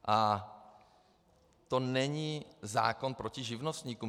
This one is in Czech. A to není zákon proti živnostníkům.